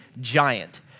giant